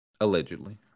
Allegedly